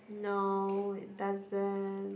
no it doesn't